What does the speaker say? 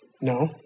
No